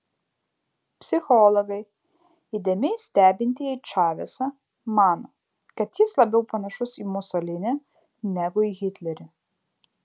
psichologai įdėmiai stebintieji čavesą mano kad jis labiau panašus į musolinį negu į hitlerį